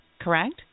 correct